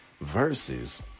versus